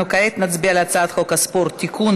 אנחנו כעת נצביע על הצעת חוק הספורט (תיקון,